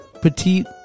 petite